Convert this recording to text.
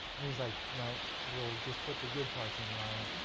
and he's like no, we'll just put the good parts in, ryan.